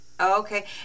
Okay